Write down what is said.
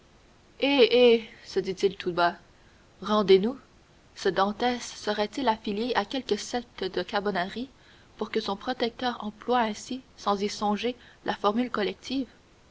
se dit-il tout bas rendez nous ce dantès serait-il affilié à quelque secte de carbonari pour que son protecteur emploie ainsi sans y songer la formule collective